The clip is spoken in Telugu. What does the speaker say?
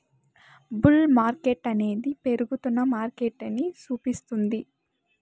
బుల్ మార్కెట్టనేది పెరుగుతున్న మార్కెటని సూపిస్తుంది